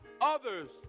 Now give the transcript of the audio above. others